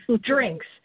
drinks